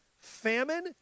famine